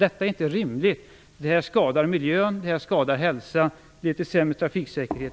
Detta är inte rimligt. Det skadar miljön, det skadar hälsan, och det leder till sämre trafiksäkerhet.